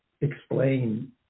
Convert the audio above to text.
explain